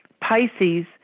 Pisces